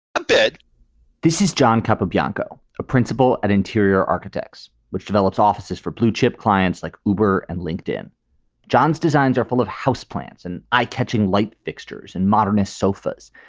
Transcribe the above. ah bet this is john capobianco, a principal at interior architects, which developed offices for blue chip clients like uber and linked in john's designs are full of houseplants and eye catching light fixtures and modernist sofas.